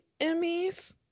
Emmys